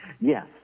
yes